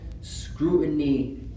scrutiny